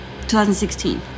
2016